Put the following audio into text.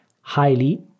highly